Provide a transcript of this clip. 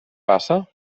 passa